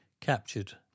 captured